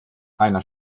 einer